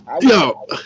Yo